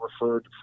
referred